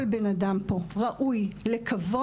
כל בן אדם פה ראוי לכבוד,